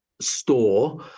store